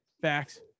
Facts